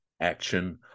action